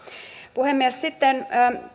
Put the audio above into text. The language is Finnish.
puhemies sitten